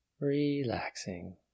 Relaxing